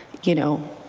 you know,